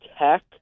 tech